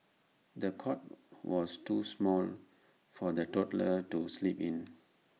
the cot was too small for the toddler to sleep in